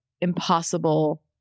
impossible